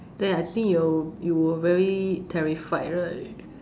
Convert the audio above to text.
then I think you you were very terrified right